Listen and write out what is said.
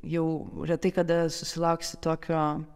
jau retai kada susilauksi tokio